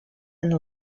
and